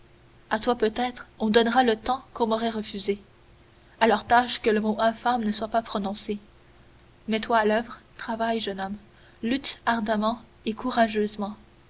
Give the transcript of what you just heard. à toi peut-être on donnera le temps qu'on m'aurait refusé alors tâche que le mot infâme ne soit pas prononcé mets-toi à l'oeuvre travaille jeune homme lutte ardemment et courageusement